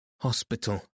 hospital